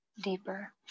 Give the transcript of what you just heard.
deeper